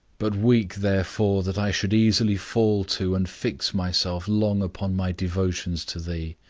but weak therefore that i should easily fall to and fix myself long upon my devotions to thee.